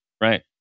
right